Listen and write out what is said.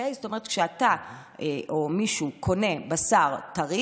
כשאתה קונה בשר טרי